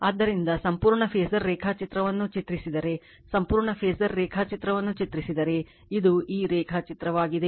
ಆದ್ದರಿಂದ ಸಂಪೂರ್ಣ ಫಾಸರ್ ರೇಖಾಚಿತ್ರವನ್ನು ಚಿತ್ರಿಸಿದರೆ ಸಂಪೂರ್ಣ ಫಾಸರ್ ರೇಖಾಚಿತ್ರವನ್ನು ಚಿತ್ರಿಸಿದರೆ ಇದು ಈ ರೇಖಾಚಿತ್ರವಾಗಿದೆ